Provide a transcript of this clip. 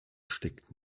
steckt